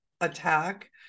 attack